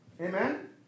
Amen